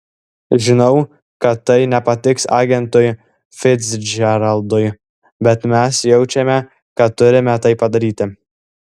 žinau kad tai nepatiks agentui ficdžeraldui bet mes jaučiame kad turime tai padaryti